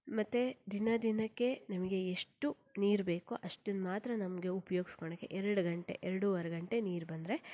ಮತ್ತು ದಿನ ದಿನಕ್ಕೆ ನಮಗೆ ಎಷ್ಟು ನೀರು ಬೇಕೋ ಅಷ್ಟನ್ನ ಮಾತ್ರ ನಮಗೆ ಉಪ್ಯೋಗ್ಸ್ಕೊಳಕ್ಕೆ ಎರಡು ಗಂಟೆ ಎರಡೂವರೆ ಗಂಟೆ ನೀರು ಬಂದರೆ